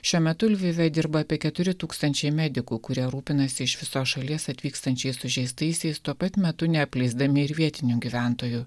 šiuo metu lvive dirba apie keturi tūkstančiai medikų kurie rūpinasi iš visos šalies atvykstančiais sužeistaisiais tuo pat metu neapleisdami ir vietinių gyventojų